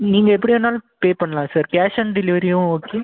நீங்கள் எப்படி வேணாலும் பே பண்ணலாம் சார் கேஷ் ஆன் டெலிவரியும் ஓகே